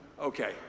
Okay